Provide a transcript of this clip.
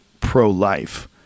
pro-life